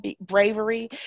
bravery